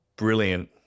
Brilliant